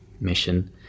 mission